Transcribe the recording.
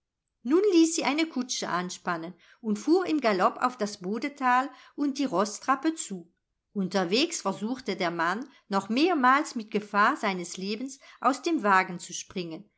nun ließ sie eine kutsche anspannen und fuhr im galopp auf das bodetal und die roßtrappe zu unterwegs versuchte der mann noch mehrmals mit gefahr seines lebens aus dem wagen zu springen